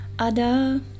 Ada